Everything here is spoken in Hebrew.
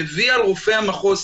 מביא על רופא המחוז,